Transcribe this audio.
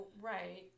right